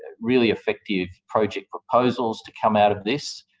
ah really effective project proposals to come out of this,